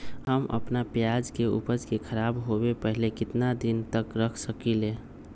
हम अपना प्याज के ऊपज के खराब होबे पहले कितना दिन तक रख सकीं ले?